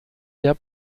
der